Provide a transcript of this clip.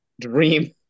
dream